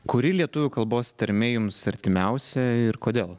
kuri lietuvių kalbos tarmė jums artimiausia ir kodėl